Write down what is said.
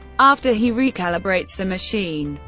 after he recalibrates the machine,